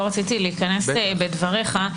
לא רציתי להיכנס בדבריך.